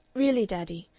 really, daddy,